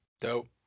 Dope